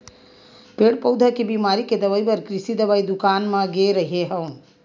पेड़ पउधा के बिमारी के दवई बर कृषि दवई दुकान म गे रेहेंव